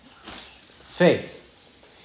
faith